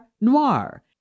noir